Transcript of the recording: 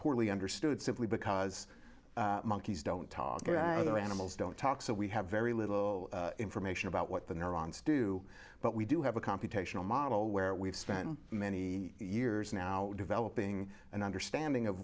poorly understood simply because monkeys don't talk to the animals don't talk so we have very little information about what the neurons do but we do have a computational model where we've spent many years now developing an understanding of